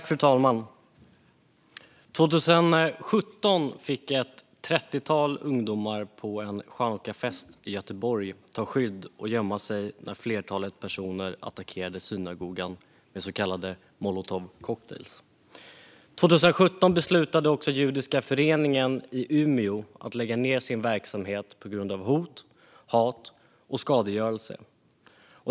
Fru talman! År 2017 fick ett trettiotal ungdomar på en chanukkafest i Göteborg ta skydd och gömma sig när ett flertal personer attackerade synagogan med så kallade molotovcocktailar. År 2017 beslutade också Judiska föreningen i Umeå att lägga ned sin verksamhet på grund av hot, hat och skadegörelse.